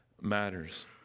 matters